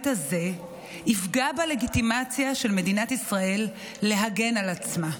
הזה יפגע בלגיטימציה של מדינת ישראל להגן על עצמה.